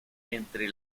entre